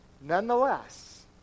Nonetheless